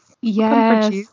yes